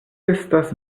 estas